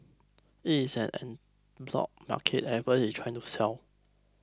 it is an en bloc market everybody is trying to sell